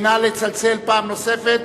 נא לצלצל פעם נוספת.